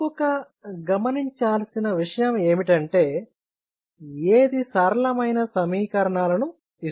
ఇంకొక గమనించాల్సిన విషయం ఏమిటంటే ఏది సరళమైన సమీకరణాలను ఇస్తుంది